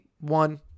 one